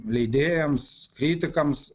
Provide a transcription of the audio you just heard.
leidėjams kritikams